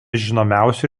žinomiausių